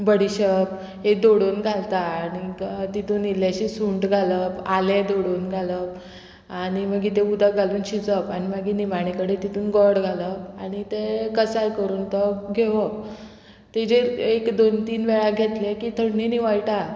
बडिशप हें दोडोन घालता आनीक तितून इल्लेशें सुंट घालप आलें दोडोन घालप आनी मागीर तें उदक घालून शिजप आनी मागीर निमाणे कडे तितून गोड घालप आनी तें कसाय करून तो घेवप तेजेर एक दोन तीन वेळार घेतलें की थंडी निवयटा